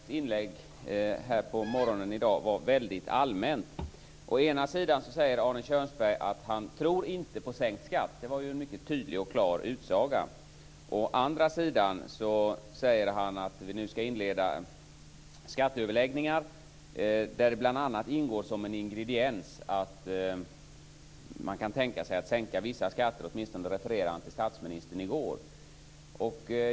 Fru talman! Det här är en allmänpolitisk debatt. Jag måste säga att Arne Kjörnsbergs inlägg här på morgonen var väldigt allmänt. Å ena sidan säger Arne Kjörnsberg att han inte tror på sänkt skatt. Det var en mycket tydlig och klar utsaga. Å andra sidan säger han att vi nu skall inleda skatteöverläggningar, där som ingrediens bl.a. ingår att man kan tänka sig att sänka vissa skatter. Han refererade till vad statsministern sade i går.